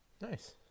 Nice